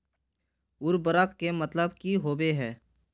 उर्वरक के मतलब की होबे है?